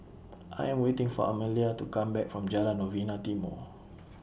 I Am waiting For Amalia to Come Back from Jalan Novena Timor